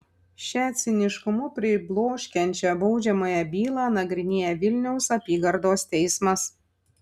šią ciniškumu pribloškiančią baudžiamąją bylą nagrinėja vilniaus apygardos teismas